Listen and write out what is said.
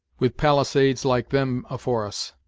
with palisades like them afore us.